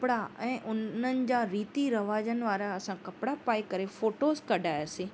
कपिड़ा ऐं उननि जा रीती रिवाजनि वारा असां कपिड़ा पाए करे फ़ोटोस कढ़ायासीं